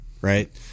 right